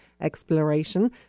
exploration